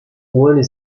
one